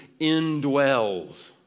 indwells